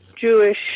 Jewish